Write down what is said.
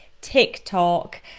TikTok